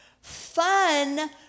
fun